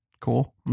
cool